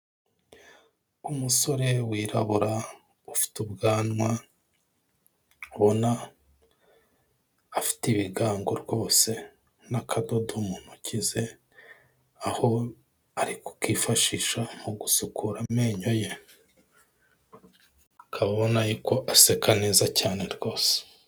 Umusore wirabura ufite ubwanwa, ubona afite ibigango rwose n'akadodo mu ntoki ze, aho ari ku kifashisha mu gusukura amenyo ye, ukaba ubona yuko aseka neza cyane rwose.